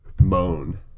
moan